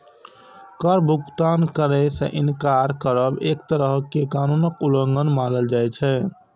कर भुगतान करै सं इनकार करब एक तरहें कर कानूनक उल्लंघन मानल जाइ छै